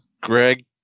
Greg